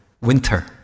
winter